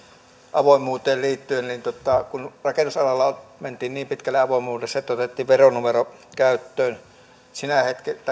avoimuuteen liittyen kun rakennusalalla mentiin niin pitkälle avoimuudessa että otettiin veronumero käyttöön sinä